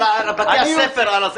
על בתי הספר.